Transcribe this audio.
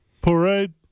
Parade